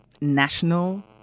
national